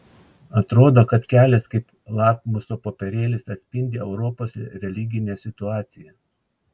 atrodo kad kelias kaip lakmuso popierėlis atspindi europos religinę situaciją